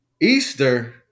Easter